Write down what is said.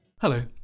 Hello